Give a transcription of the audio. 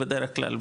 בדרך כלל,